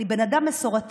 אני בן אדם מסורתי,